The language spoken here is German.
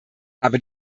aber